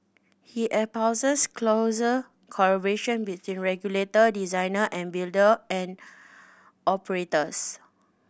he espouses closer collaboration between regulator designer and builder and operators